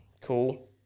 cool